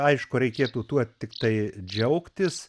aišku reikėtų tuo tiktai džiaugtis